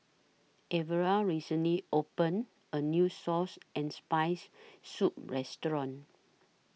Elvera recently opened A New Source and Spicy Soup Restaurant